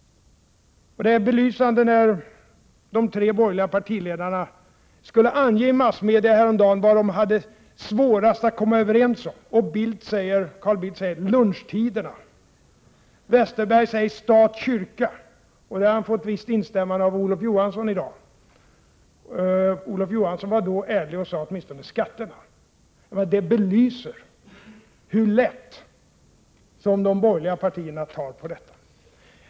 Det var belysande när de tre borgerliga partiledarna häromdagen i massmedia skulle ange vad de hade svårast att komma överens om. Carl Bildt sade: lunchtiderna. Bengt Westerberg sade: stat-kyrka, och han har fått visst instämmande av Olof Johansson i dag. Olof Johansson var då ärlig och sade åtminstone: skatterna. Det här belyser hur lätt de borgerliga partierna tar på den fråga det här gäller.